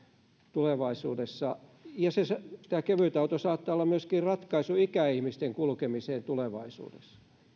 tulevaisuudessa ja kevytauto saattaa olla myöskin ratkaisu ikäihmisten kulkemiseen tulevaisuudessa